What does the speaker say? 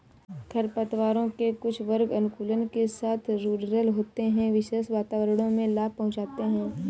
खरपतवारों के कुछ वर्ग अनुकूलन के साथ रूडरल होते है, विशेष वातावरणों में लाभ पहुंचाते हैं